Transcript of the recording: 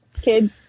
Kids